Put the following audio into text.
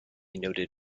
noted